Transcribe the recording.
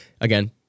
Again